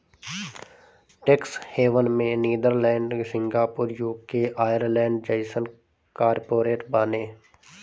tax haven में Netherland, Singapore, UK, Ireland जइसन corporate बाने